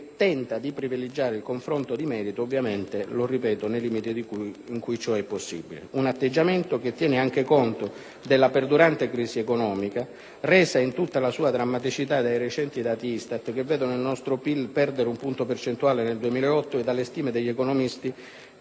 che tenta di privilegiare il confronto di merito, ovviamente nei limiti in cui ciò è possibile. Un atteggiamento che tiene anche conto della perdurante crisi economica, resa in tutta la sua drammaticità dai recenti dati ISTAT - che vedono il nostro PIL perdere un punto percentuale nel 2008 - e dalle stime degli economisti,